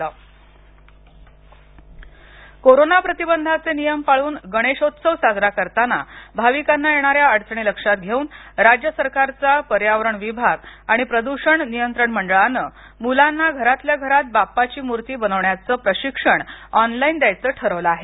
घरीच बनवू eco Bappa corona प्रतिबंधाचे नियम पाळून गणेशोत्सव साजरा करताना भाविकांना येणार्यांा अडचणी लक्षात घेऊन राज्य सरकारचा पर्यावरण विभाग आणि प्रद्षण नियंत्रण मंडळानं मूलांना घरातल्या घरात बाप्पाची मूर्ती बनवण्याचं प्रशिक्षण ऑनलाईन द्यायचं ठरवलं आहे